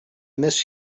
miss